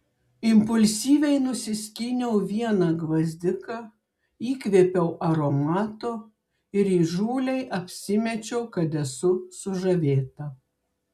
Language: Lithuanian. impulsyviai nusiskyniau vieną gvazdiką įkvėpiau aromato ir įžūliai apsimečiau kad esu sužavėta